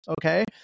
Okay